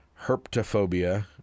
herptophobia